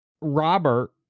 Robert